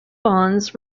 bonds